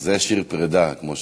"זה שיר פרידה", כמו שאומרים.